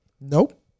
Nope